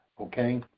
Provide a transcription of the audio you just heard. okay